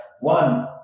one